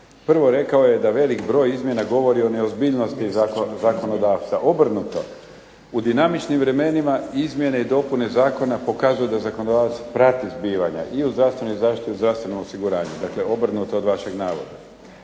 Prvo, rekao je da velik broj izmjena govori o neozbiljnosti zakonodavstva. Obrnuto. U dinamičnim vremenima izmjene i dopune zakona pokazuju da zakonodavac prati zbivanja i u zdravstvenoj zaštiti i u zdravstvenom osiguranju, dakle obrnuto od vašeg navoda.